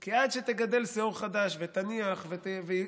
כי עד שאתה תגדל שאור חדש ותניח ויצמח